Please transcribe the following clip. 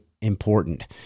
important